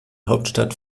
hauptstadt